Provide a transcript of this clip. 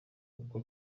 kuko